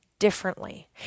differently